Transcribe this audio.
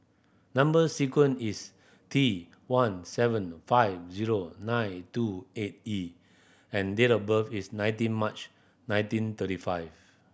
number sequence is T one seven five zero nine two eight E and date of birth is nineteen March nineteen thirty five